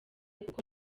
kuko